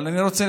אבל אני רוצה